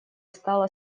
стала